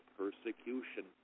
persecution